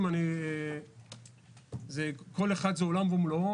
כל אדם הוא עולם ומלואו,